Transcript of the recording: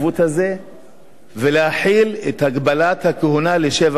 ולהחיל את הגבלת הכהונה לשבע שנים.